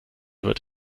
wird